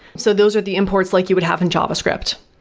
so those are the imports like you would have in java script.